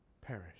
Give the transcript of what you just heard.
perish